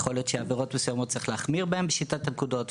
יכול להיות שעבירות מסוימות צריך להחמיר בהן בשיטת הנקודות,